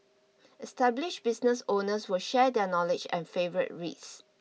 established business owners will share their knowledge and favourite reads